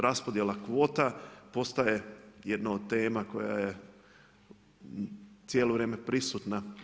Raspodjela kvota postaje jedno od tema koja je cijelo vrijeme prisutna.